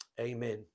Amen